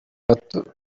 batutsi